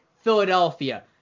philadelphia